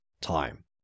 time